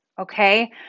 okay